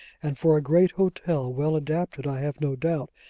and for a great hotel, well adapted, i have no doubt,